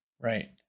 Right